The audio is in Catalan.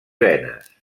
venes